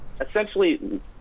essentially